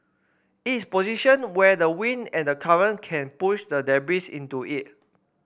it is positioned where the wind and the current can push the debris into it